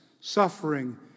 suffering